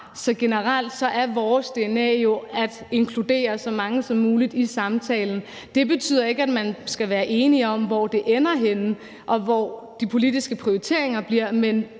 Så generelt er vores dna jo at inkludere så mange som muligt i samtalen. Det betyder ikke, at man skal være enige om, hvor det ender henne, og hvor de politiske prioriteringer bliver,